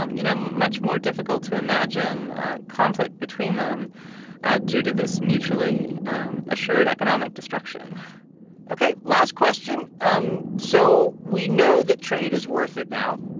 um you know, much more difficult to imagine conflict between them due to this mutually um assured economic destruction ok, last question um so we know that trade is worth it now.